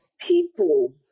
People